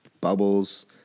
bubbles